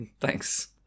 Thanks